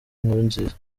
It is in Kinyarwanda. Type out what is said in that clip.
nkurunziza